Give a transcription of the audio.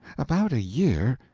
about a year.